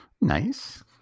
Nice